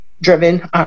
driven